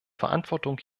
verantwortung